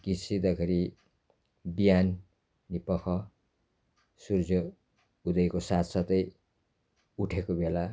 गीत सिक्दाखेरि बिहानीपख सूर्य उदयको साथसाथै उठेको बेला